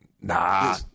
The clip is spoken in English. Nah